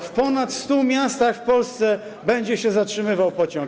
W ponad 100 miastach w Polsce będzie się zatrzymywał pociąg.